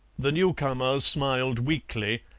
the new-comer smiled weakly,